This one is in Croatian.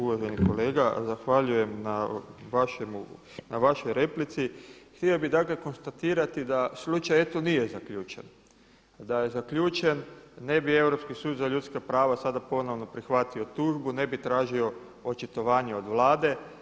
Uvaženi kolega zahvaljujem na vašoj replici, htio bih dakle konstatirati da slučaj eto nije zaključen, da je zaključen ne bi Europski sud za ljudska prava sada ponovno prihvatio tužbu, ne bi tražio očitovanje od Vlade.